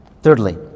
Thirdly